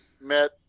met